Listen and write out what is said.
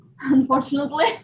unfortunately